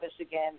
again